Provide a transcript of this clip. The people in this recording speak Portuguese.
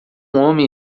homem